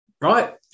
Right